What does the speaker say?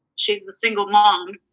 she's the single mom.